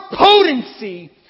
potency